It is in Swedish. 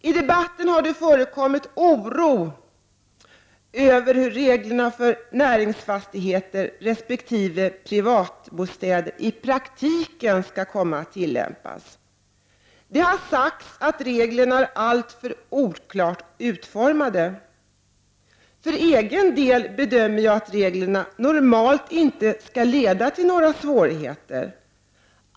I debatten har det framkommit oro över hur reglerna om näringsfastighe = Prot. 1989/90:140 ter resp. privatbostäder i praktiken skall komma att tillämpas. Det har sagts — 13 juni 1990 att reglerna är alltför oklart utformade. För egen del bedömer jag att reglerna normalt inte skall leda till några svårigheter.